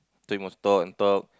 so you must talk and talk